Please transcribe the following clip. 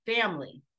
family